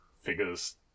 figures